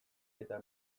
eta